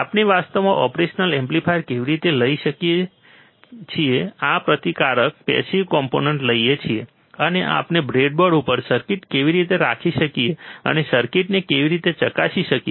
આપણે વાસ્તવમાં operational amplifier કેવી રીતે લઈ શકીએ આ પ્રતિકારક પેસીવ કોમ્પોનન્ટ લઈએ છીએ અને આપણે બ્રેડબોર્ડ ઉપર સર્કિટ કેવી રીતે રાખી શકીએ અને સર્કિટને કેવી રીતે ચકાસી શકીએ